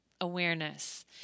awareness